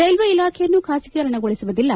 railway ಇಲಾಖೆಯನ್ನು ಖಾಸಗೀಕರಣಗೊಳಿಸುವುದಿಲ್ಲ